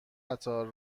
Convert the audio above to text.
قطار